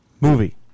Movie